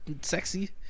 sexy